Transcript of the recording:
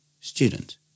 Student